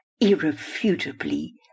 irrefutably